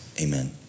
amen